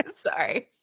Sorry